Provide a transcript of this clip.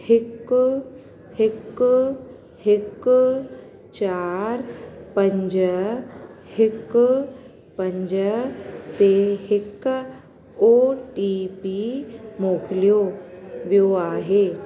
हिकु हिकु हिकु चारि पंज हिकु पंज ते हिकु ओ टी पी मोकिलियो वियो आहे